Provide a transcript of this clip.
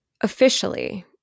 Officially